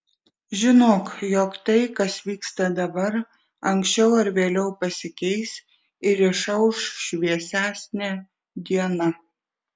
žinok jog tai kas vyksta dabar anksčiau ar vėliau pasikeis ir išauš šviesesnė diena